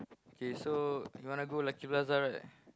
K so you wanna go Lucky-Plaza right